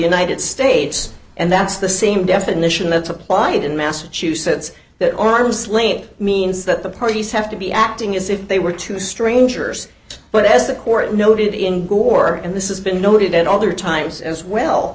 states and that's the same definition that's applied in massachusetts that arm's length means that the parties have to be acting as if they were two strangers but as the court noted in gore and this is been noted and other times as well